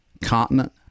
continent